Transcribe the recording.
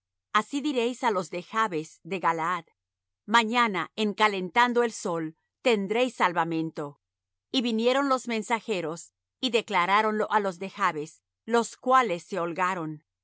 así diréis á los de jabes de galaad mañana en calentando el sol tendréis salvamento y vinieron los mensajeros y declaráronlo á los de jabes los cuales se holgaron